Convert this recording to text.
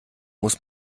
muss